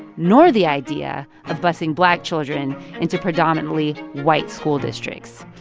nor the idea of busing black children into predominantly white school districts.